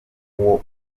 uwo